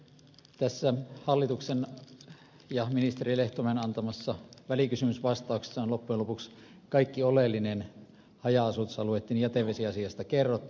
tässä hallituksen ja ministeri lehtomäen antamassa välikysymysvastauksessa on loppujen lopuksi kaikki oleellinen haja asutusalueitten jätevesiasiasta kerrottu